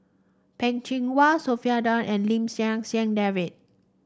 Peh Chin Hua Sophia Down and Lim San David